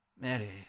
Mary